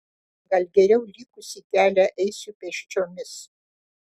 gal geriau likusį kelią eisiu pėsčiomis